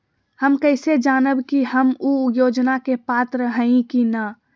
हम कैसे जानब की हम ऊ योजना के पात्र हई की न?